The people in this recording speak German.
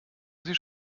schon